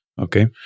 Okay